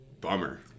bummer